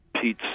Pete